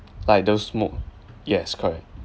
like don't smoke yes correct